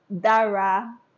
Dara